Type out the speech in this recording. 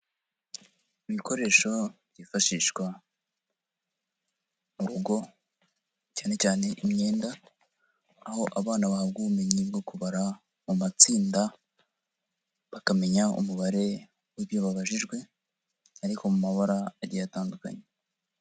Ibikoresho byifashishwa mu rugo, cyane cyane imyenda, aho abana bahabwa ubumenyi bwo kubara mu matsinda, bakamenya umubare w'ibyo babajijwe ariko mu mabara agiye atandukanye.